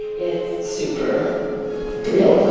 it's super real.